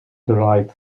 derived